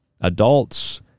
adults